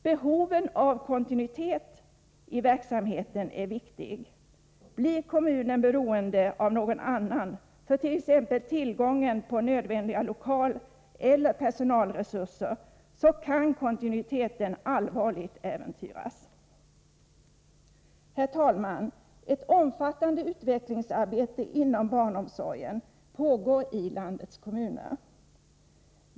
Behoven av kontinuitet i verksamheten är viktig. Blir kommunen beroende av någon annan för t.ex. tillgången på nödvändiga lokaleller personalresurser kan kontinuiteten allvarligt äventyras. Herr talman! Ett omfattande utvecklingsarbete inom barnomsorgen pågår i landets kommuner.